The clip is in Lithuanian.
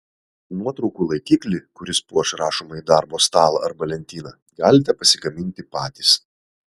nuotraukų laikiklį kuris puoš rašomąjį darbo stalą arba lentyną galite pasigaminti patys